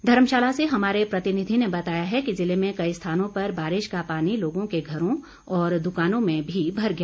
धर्मशाला से हमारे प्रतिनिधि ने बताया है कि जिले में कई स्थानों पर बारिश का पानी लोगों के घरों और दुकानों में भी भर गया